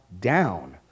down